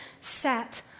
set